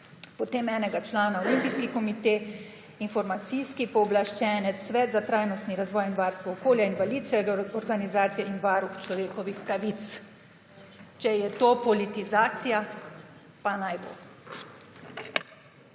potem enega člana Olimpski komite, Informacijski pooblaščenec, Svet za trajnostni razvoj in varstvo okolja, Invalidske organizacije in Varuh človekovih pravic. Če je to politizacija, pa naj bo.